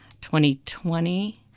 2020